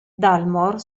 dalmor